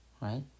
right